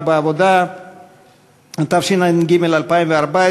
הכנסת, בעד, 19,